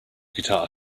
guitar